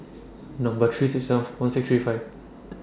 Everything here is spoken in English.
Number three six seven four one six three five